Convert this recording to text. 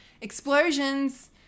explosions